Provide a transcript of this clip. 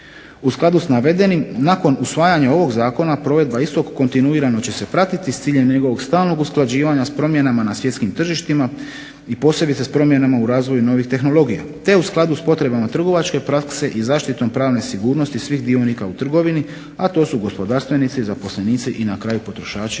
U skladu s navedenim nakon usvajanja ovog zakona provedba istog kontinuirano će se pratiti s ciljem njegovog stalnog usklađivanja s promjenama na svjetskim tržištima, i posebice s promjenama u razvoju novih tehnologija, te u skladu s potrebama trgovačke prakse, i zaštitom pravne sigurnosti svih dionika u trgovini, a to su gospodarstvenici, zaposlenici, i na kraju potrošači